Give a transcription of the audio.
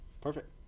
Perfect